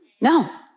no